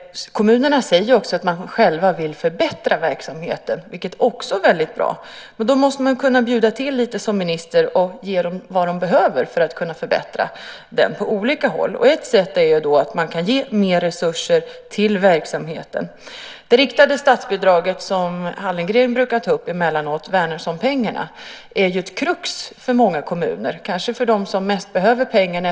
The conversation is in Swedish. Kommunerna säger att de själva vill förbättra verksamheten. Det är också väldigt bra. Då måste man kunna bjuda till lite som minister och ge dem vad de behöver för att kunna förbättra den på olika håll. Ett sätt är att man kan ge mer resurser till verksamheten. Det riktade statsbidraget som Hallengren brukar ta upp emellanåt, Wärnerssonpengarna, är ett krux för många kommuner. Det är kanske de som mest behöver pengarna.